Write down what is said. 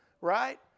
right